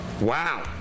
wow